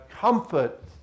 comfort